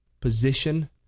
position